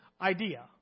idea